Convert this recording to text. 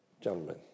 gentlemen